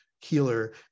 healer